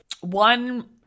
one